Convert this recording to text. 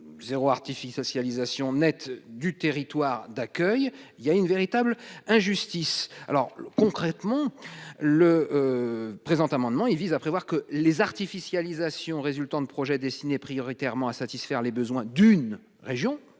0 artifice socialisation nette du territoire d'accueil il y a une véritable injustice. Alors concrètement le. Présent amendement il vise à prévoir que les artificialisation résultant de projets destinés prioritairement à satisfaire les besoins d'une région.